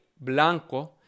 blanco